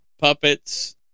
puppets